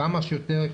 כמה שיותר,